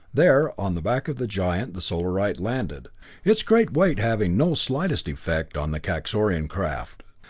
there, on the back of the giant, the solarite landed its great weight having no slightest effect on the kaxorian craft.